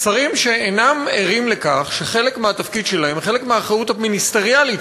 שרים שאינם ערים לכך שחלק מהתפקיד שלהם וחלק מהאחריות המיניסטריאלית